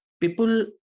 people